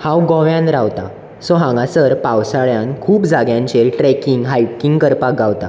हांव गोंयांत रावतां सो हांगासर पावसाळ्यांत खूब जाग्यांचेर ट्रेकिंग हायकिंक करपाक गावता